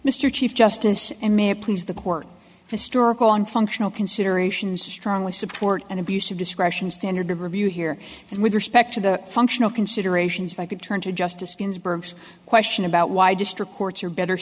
mr chief justice and may it please the court historical and functional considerations to strongly support an abuse of discretion standard of review here and with respect to the functional considerations if i could turn to justice ginsburg's question about why district courts are better